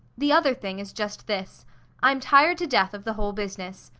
the other thing is just this i'm tired to death of the whole business.